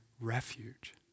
refuge